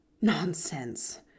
Nonsense